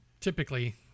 typically